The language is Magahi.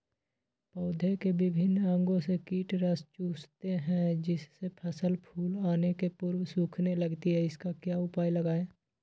पौधे के विभिन्न अंगों से कीट रस चूसते हैं जिससे फसल फूल आने के पूर्व सूखने लगती है इसका क्या उपाय लगाएं?